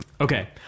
Okay